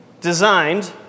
designed